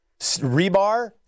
Rebar